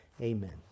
Amen